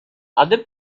other